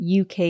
UK